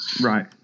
Right